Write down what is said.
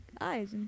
eyes